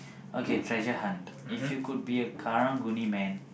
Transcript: okay treasure hunt if you could be a karang-guni-man